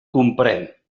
comprén